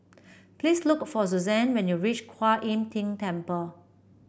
please look for Susanne when you reach Kuan Im Tng Temple